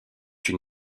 une